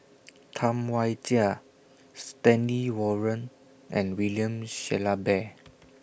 Tam Wai Jia Stanley Warren and William Shellabear